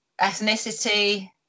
ethnicity